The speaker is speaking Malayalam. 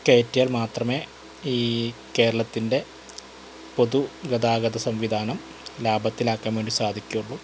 കയറ്റിയാൽ മാത്രമേ ഈ കേരളത്തിൻ്റെ പൊതു ഗതാഗത സംവിധാനം ലാഭത്തിലാക്കാൻ വേണ്ടി സാധിക്കുകയുള്ളു